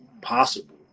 possible